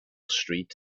street